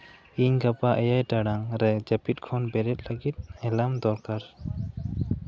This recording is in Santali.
ᱤᱧ ᱜᱟᱯᱟ ᱮᱭᱟᱭ ᱴᱟᱲᱟᱝ ᱨᱮ ᱡᱟᱹᱯᱤᱫ ᱠᱷᱚᱱ ᱵᱮᱨᱮᱫ ᱞᱟᱹᱜᱤᱫ ᱮᱞᱟᱨᱢ ᱫᱚᱨᱠᱟᱨ